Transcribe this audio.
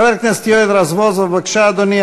חבר הכנסת יואל רזבוזוב, בבקשה, אדוני.